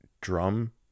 drum